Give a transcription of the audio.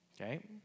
Okay